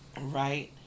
Right